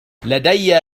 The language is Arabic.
لدي